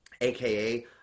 AKA